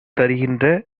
தருகின்ற